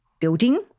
building